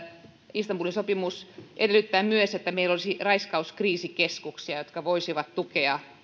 istanbulin sopimus edellyttää myös että meillä olisi raiskauskriisikeskuksia jotka voisivat tukea